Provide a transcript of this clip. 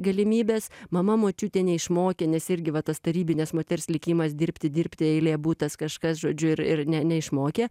galimybes mama močiutė neišmokė nes irgi va tas tarybinės moters likimas dirbti dirbti eilė butas kažkas žodžiu ir ir ne neišmokė